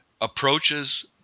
approaches